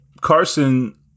Carson